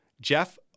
Jeff